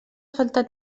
faltat